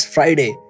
Friday